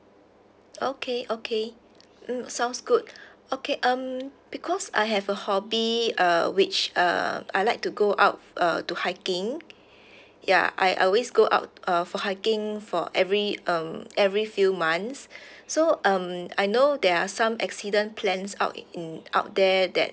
okay okay mm sounds good okay um because I have a hobby uh which uh I like to go out uh to hiking ya I always go out uh for hiking for every um every few months so um I know there are some accident plans out in out there that